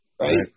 right